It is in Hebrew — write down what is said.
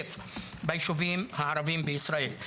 ביישובים הערבים בישראל.